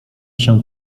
się